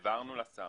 העברנו לשר.